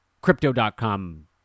crypto.com